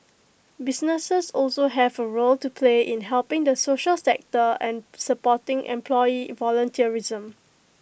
businesses also have A role to play in helping the social sector and supporting employee volunteerism